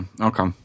Okay